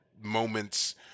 moments